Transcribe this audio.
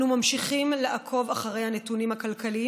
אנו ממשיכים לעקוב אחרי הנתונים הכלכליים